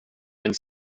and